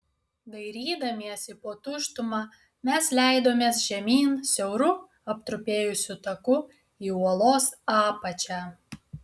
dairydamiesi po tuštumą mes leidomės žemyn siauru aptrupėjusiu taku į uolos apačią